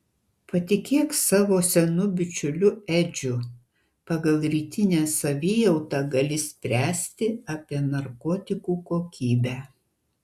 patikėk savo senu bičiuliu edžiu pagal rytinę savijautą gali spręsti apie narkotikų kokybę